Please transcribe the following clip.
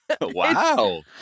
Wow